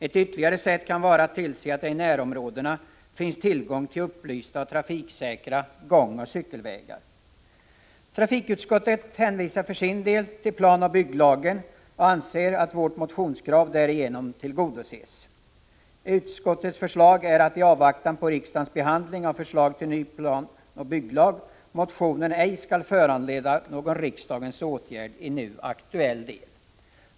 Ett ytterligare sätt kan vara att tillse att det i närområdena finns tillgång till upplysta och trafiksäkra gångoch cykelvägar. Trafikutskottet hänvisar för sin del till planoch bygglagen och anser att vårt motionskrav därigenom tillgodoses. Utskottets förslag är att i avvaktan på riksdagens behandling av förslag till ny planoch bygglag motionen ej skall föranleda någon riksdagens åtgärd i nu aktuell del.